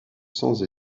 sans